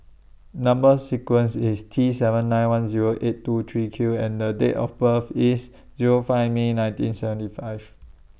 Number sequence IS T seven nine one Zero eight two three Q and The Date of birth IS Zero five May nineteen seventy five